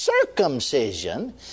circumcision